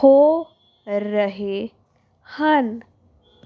ਹੋ ਰਹੇ ਹਨ